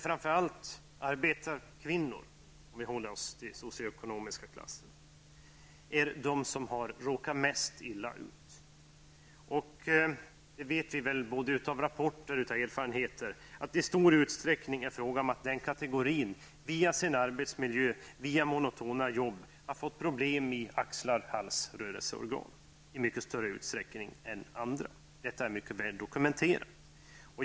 Framför allt är det arbetarkvinnor -- om vi skall hålla oss till socioekonomiska klasserna -- som har råkat mest illa ut. Vi vet både av erfarenhet och efter att ha tagit del av olika rapporter att det i stor utsträckning är denna kategori som på grund av sin arbetsmiljö och monotona arbeten har fått problem i axlar, hals och rörelseorgan i mycket högre grad än andra. Det är mycket väl dokumenterat.